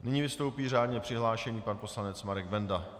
Nyní vystoupí řádně přihlášený pan poslanec Marek Benda.